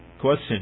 Question